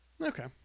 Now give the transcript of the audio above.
Okay